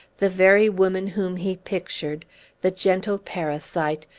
the very woman whom he pictured the gentle parasite,